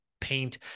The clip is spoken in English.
paint